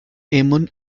eamon